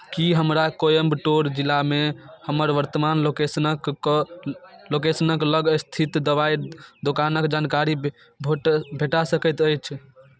की हमरा कोयम्बटोर जिलामे हमर वर्तमान लोकेशनक लोकेशनक लग स्थित दवाइ दोकानक जानकारी भेट भेटा सकैत अछि